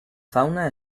fauna